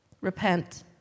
repent